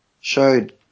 showed